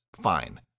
Fine